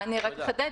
אנחנו רוצים לחדד